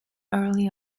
early